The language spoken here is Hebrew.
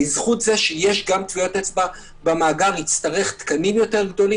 בזכות זה שיש גם טביעות אצבע במאגר יצטרך תקנים גדולים יותר,